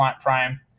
prime